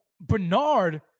Bernard